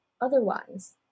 otherwise